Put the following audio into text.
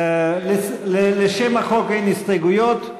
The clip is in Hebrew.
לשם החוק אין הסתייגויות,